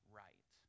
right